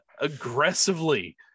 aggressively